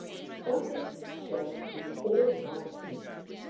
spotty's shell is all one piece,